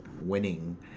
winning